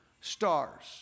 stars